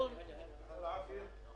ננעלה בשעה 12:15.